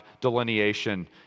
delineation